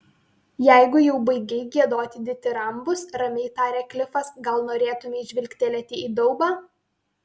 jeigu jau baigei giedoti ditirambus ramiai tarė klifas gal norėtumei žvilgtelėti į daubą